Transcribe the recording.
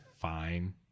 fine